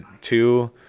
two